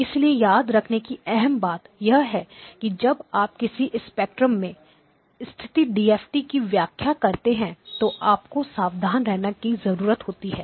इसलिए याद रखने की अहम बात यह है कि जब आप किसी स्पेक्ट्रम में स्थित डीएफटी की व्याख्या करते हैं तो आपको सावधान रहने की जरूरत होती है